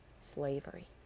slavery